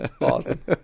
Awesome